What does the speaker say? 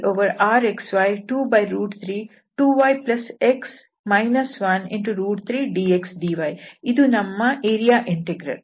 ∬Rxy232yx 13dxdy ಇದು ನಮ್ಮ area integral